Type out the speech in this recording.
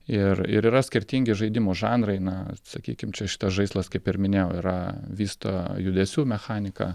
ir ir yra skirtingi žaidimų žanrai na sakykim čia šitas žaislas kaip ir minėjau yra vysto judesių mechaniką